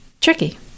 tricky